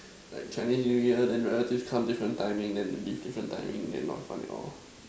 like Chinese New Year then relatives come different timing then leave different timing then not fun at all lor